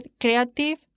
creative